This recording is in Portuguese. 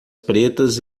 pretas